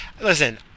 Listen